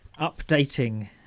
updating